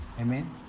Amen